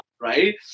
right